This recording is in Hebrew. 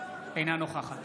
אינה נוכחת